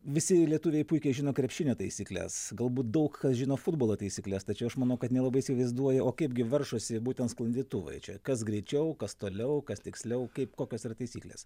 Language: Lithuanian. visi lietuviai puikiai žino krepšinio taisykles galbūt daug kas žino futbolo taisykles tačiau aš manau kad nelabai įsivaizduoja o kaipgi varžosi būtent sklandytuvai čia kas greičiau kas toliau kas tiksliau kaip kokios yra taisyklės